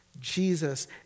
Jesus